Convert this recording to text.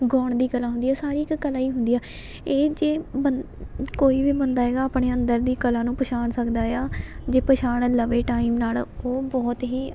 ਗਾਉਣ ਦੀ ਕਲਾ ਹੁੰਦੀ ਹੈ ਸਾਰੀ ਇੱਕ ਕਲਾ ਹੀ ਹੁੰਦੀ ਹੈ ਇਹ ਜੇ ਬੰਦ ਕੋਈ ਵੀ ਬੰਦਾ ਹੈਗਾ ਆਪਣੇ ਅੰਦਰ ਦੀ ਕਲਾ ਨੂੰ ਪਛਾਣ ਸਕਦਾ ਆ ਜੇ ਪਛਾਣ ਲਵੇ ਟਾਈਮ ਨਾਲ ਉਹ ਬਹੁਤ ਹੀ